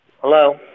Hello